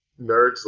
nerds